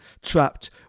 Trapped